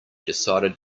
decided